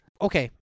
Okay